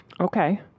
Okay